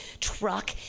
truck